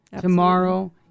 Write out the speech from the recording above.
tomorrow